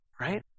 right